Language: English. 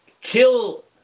kill